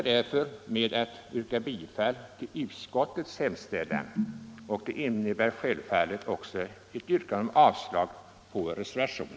Jag slutar med att yrka bifall till utskottets hemställan.